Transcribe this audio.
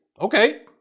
okay